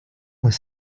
was